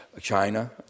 China